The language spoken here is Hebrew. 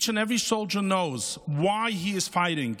Each and every soldier knows why he is fighting.